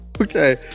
Okay